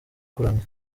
kuramya